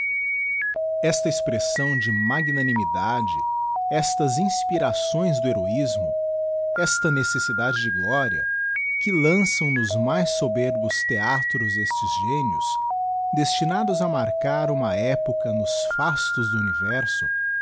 esta expressão de magnanimidade estas inspirações do heroísmo esta necessidade de gloria que lançam nos mais soberbos theatros estes génios destinados a marcar uma época nof fastos do universo